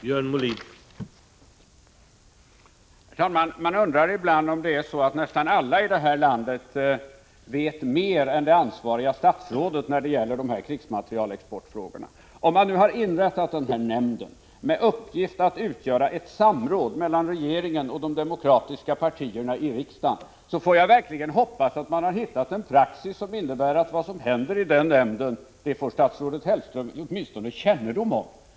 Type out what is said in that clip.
Herr talman! Man undrar ibland om det är så att nästan alla här i landet vet mer än det ansvariga statsrådet när det gäller de här krigsmaterielexportfrågorna. När man nu har inrättat nämnden i fråga med uppgift att utgöra ett organ för samråd mellan regeringen och de demokratiska partierna i riksdagen får jag verkligen hoppas att man har hittat en praxis som innebär att statsrådet Hellström åtminstone får kännedom om vad som händer i nämnden.